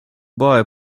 boy